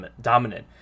dominant